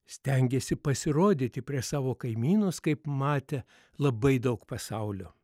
stengėsi pasirodyti prieš savo kaimynus kaip matę labai daug pasaulio